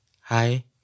Hi